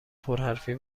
پرحرفی